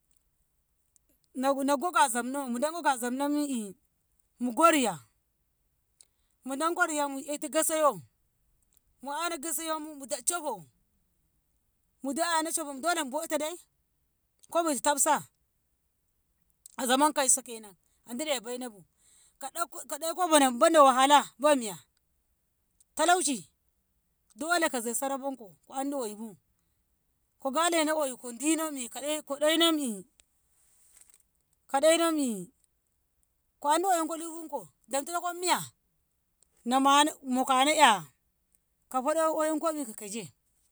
Nago ga zabno mudanko kazabno mu'i mugo riya mudanko riya saimu e'tu gasayo mu 'yano gasiyonmu mudac caho mudacano caho ai dole muboita dai kawis tabsa a zaman kauso kenan andi riy bainabu ka- kadeko bono banda wahala bai miya talauci dole ko sara bonko ko andi oyubu ko galeno oyu ko dinommi- ko denommi- ko denonmi ko andi oyu logunko damtikoi miya namano- mokano 'ya ko hoda oyunko ko keje.